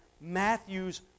Matthew's